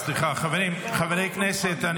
סליחה חברים, חברי כנסת.